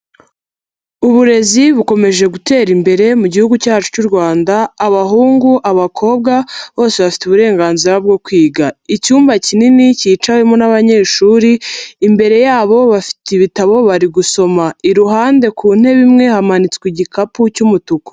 Uburezi bukomeje gutera imbere mu Gihugu cyacu cy'u Rwanda abahungu, abakobwa bose bafite uburenganzira bwo kwiga, icyumba kinini kicawemo n'abanyeshuri imbere yabo bafite ibitabo bari gusoma, iruhande ku ntebe imwe hamanitswe igikapu cy'umutuku.